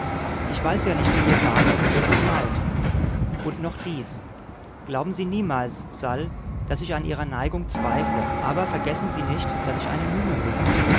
ich weiß ja nicht wie ihr bate im grunde seid und noch dies glauben sie niemals sal daß ich an ihrer neigung zweifle aber vergessen sie nicht daß ich eine nume bin